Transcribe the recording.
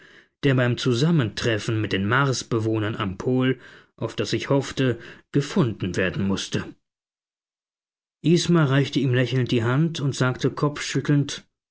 der beim zusammentreffen mit den marsbewohnern am pol auf das ich hoffte gefunden werden mußte isma reichte ihm lächelnd die hand und sagte kopfschüttelnd